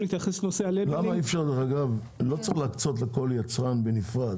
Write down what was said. למה אי-אפשר, לא צריך להקצות לכל יצרן בנפרד